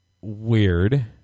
Weird